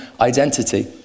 identity